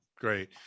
Great